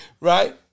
Right